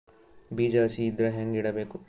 ಬೀಜ ಹಸಿ ಇದ್ರ ಹ್ಯಾಂಗ್ ಇಡಬೇಕು?